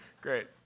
Great